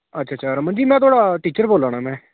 अच्छा अच्छा रमन जी में थुआढ़ा टीचर बोला ना में